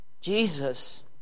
Jesus